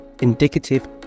indicative